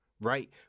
right